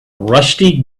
rusty